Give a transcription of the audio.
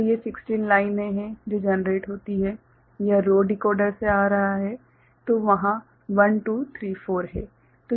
तो ये 16 लाइनें हैं जो जनरेट होती हैं यह रो डिकोडर से आ रहा है तो वहाँ 1 2 3 4 हैं